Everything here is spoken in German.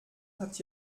habt